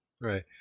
Right